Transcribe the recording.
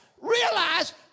realize